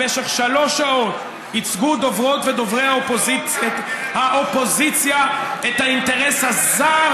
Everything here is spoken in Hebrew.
במשך שלוש שעות ייצגו דוברות ודוברי האופוזיציה את האינטרס הזר